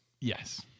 Yes